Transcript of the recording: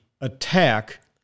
attack